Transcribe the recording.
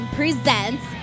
presents